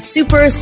Super